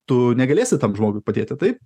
tu negalėsi tam žmogui padėti tai